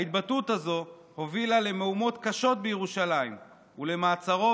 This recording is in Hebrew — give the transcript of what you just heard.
ההתבטאות הזו הובילה למהומות קשות בירושלים ולמעצרו